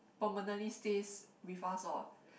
permanently stays with us orh